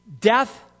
death